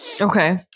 Okay